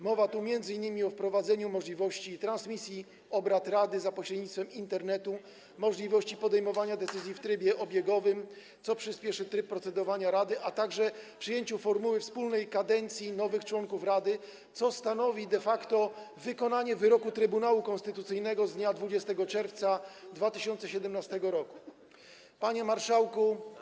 Mowa tu m.in. o wprowadzeniu możliwości transmisji obrad rady za pośrednictwem Internetu i możliwości podejmowania decyzji w trybie obiegowym, co przyspieszy tryb procedowania rady, a także o przyjęciu formuły wspólnej kadencji nowych członków rady, co stanowi de facto wykonanie wyroku Trybunału Konstytucyjnego z dnia 20 czerwca 2017 r. Panie Marszałku!